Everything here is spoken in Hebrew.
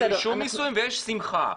יש רישום נישואים ויש שמחה.